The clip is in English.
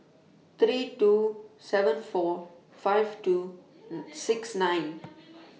three two seven four five two six nine